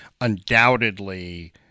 undoubtedly